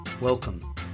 Welcome